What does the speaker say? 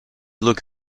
look